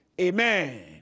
Amen